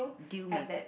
deal maker